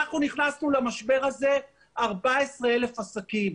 אנחנו נכנסנו למשבר הזה 14,000 עסקים,